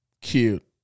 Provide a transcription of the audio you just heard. Cute